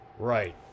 Right